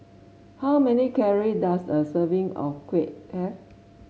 how many calories does a serving of kuih have